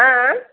ଆଁ